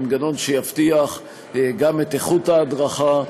מנגנון שיבטיח גם את איכות ההדרכה,